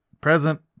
Present